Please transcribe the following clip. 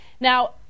Now